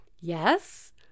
yes